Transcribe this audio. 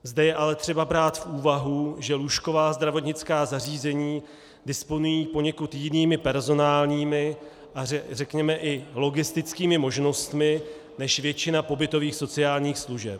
Zde je ale třeba brát v úvahu, že lůžková zdravotnická zařízení disponují poněkud jinými personálními a řekněme i logistickými možnostmi než většina pobytových sociálních služeb.